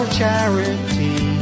charity